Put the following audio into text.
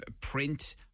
print